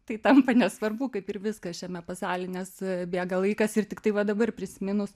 tai tampa nesvarbu kaip ir viskas šiame pasauly nes bėga laikas ir tiktai va dabar prisiminus